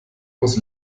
muss